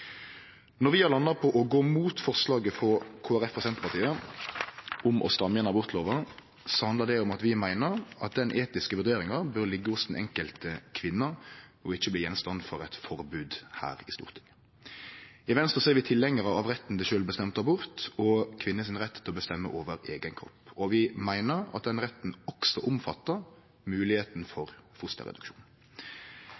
Når vi har landa på å gå imot forslaget frå Kristeleg Folkeparti og Senterpartiet om å stramme inn abortlova, handlar det om at vi meiner at den etiske vurderinga bør liggje hos den enkelte kvinna og ikkje bli gjenstand for eit forbod her i Stortinget. I Venstre er vi tilhengjarar av retten til sjølvbestemt abort og kvinnas rett til å bestemme over sin eigen kropp, og vi meiner at den retten også omfattar